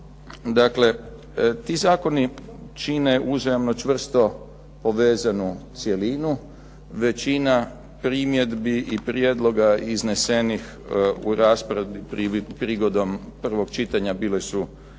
Dakle, ti zakoni čine uzajamno čvrsto povezanu cjelinu. Većina primjedbi i prijedloga iznesenih u raspravi prigodom prvog čitanja bile su